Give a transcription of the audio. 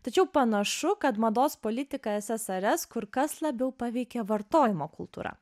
tačiau panašu kad mados politiką ssrs kur kas labiau paveikė vartojimo kultūra